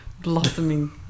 blossoming